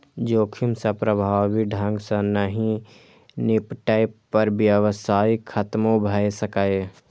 जोखिम सं प्रभावी ढंग सं नहि निपटै पर व्यवसाय खतमो भए सकैए